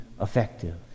effective